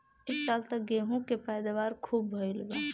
ए साल त गेंहू के पैदावार खूब भइल बा